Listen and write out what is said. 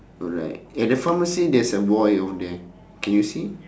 alright at the pharmacy there's a boy over there can you see